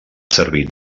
servit